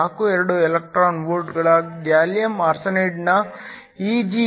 42 electron ವೋಲ್ಟ್ಗಳ gallium ಆರ್ಸೆನೈಡ್ನ Eg